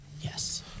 Yes